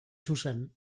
zuzen